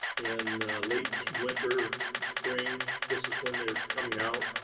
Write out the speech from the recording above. in late winter, spring. this is when they're coming out.